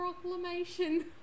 Proclamation